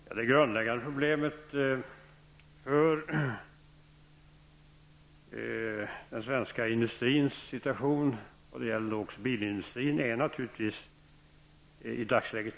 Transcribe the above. Herr talman! Det grundläggande problemet för den svenska industrins situation, och det gäller också bilindustrin, är i dagsläget av två slag.